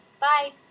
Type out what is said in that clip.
Bye